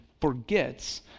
forgets